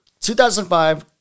2005